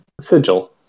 Sigil